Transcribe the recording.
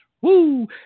Woo